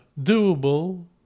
doable